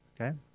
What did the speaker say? okay